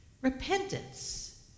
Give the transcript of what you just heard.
Repentance